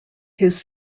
his